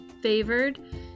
favored